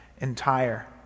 entire